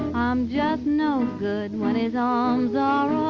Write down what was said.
i'm just no good when his arms are ah